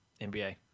NBA